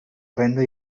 renda